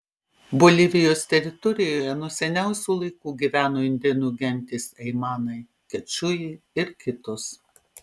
bolivijos teritorijoje nuo seniausių laikų gyveno indėnų gentys aimanai kečujai ir kitos